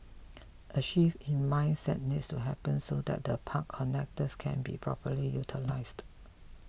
a shift in mindset needs to happen so that the park connectors can be properly utilised